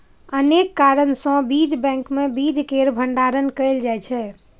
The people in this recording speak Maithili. अनेक कारण सं बीज बैंक मे बीज केर भंडारण कैल जाइ छै